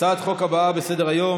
הצעת החוק הבאה בסדר-היום,